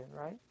right